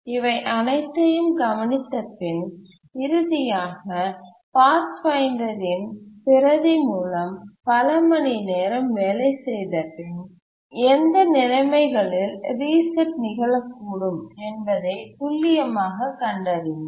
இவை அனைத்தையும் கவனித்த பின் இறுதியாக பாத்ஃபைண்டரின் பிரதி மூலம் பல மணி நேரம் வேலை செய்தபின் எந்த நிலைமைகளில் ரீசெட் நிகழக்கூடும் என்பதை துல்லியமான கண்டறிந்தனர்